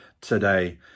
today